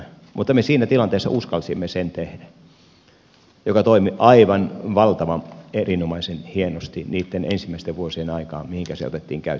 mutta me siinä tilanteessa uskalsimme sen tehdä ja se toimi aivan valtavan erinomaisen hienosti niitten ensimmäisten vuosien aikaan kun se otettiin käyttöön